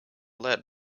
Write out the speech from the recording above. led